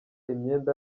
imyenda